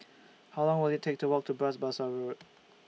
How Long Will IT Take to Walk to Bras Basah Road